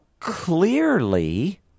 clearly